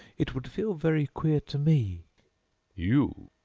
it would feel very queer to me you!